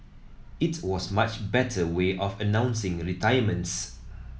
it was much better way of announcing retirements